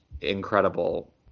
incredible